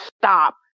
stop